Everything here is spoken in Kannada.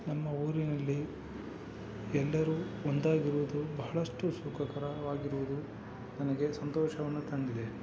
ನಮ್ಮ ಊರಿನಲ್ಲಿ ಎಲ್ಲರೂ ಒಂದಾಗಿರುವುದು ಬಹಳಷ್ಟು ಸುಖಕರವಾಗಿರುವುದು ನನಗೆ ಸಂತೋಷವನ್ನು ತಂದಿದೆ